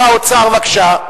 שר האוצר, בבקשה.